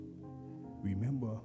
Remember